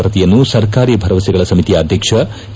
ವರದಿಯನ್ನು ಸರ್ಕಾರಿ ಭರವಸೆಗಳ ಸಮಿತಿಯ ಅಧ್ಯಕ್ಷ ಕೆ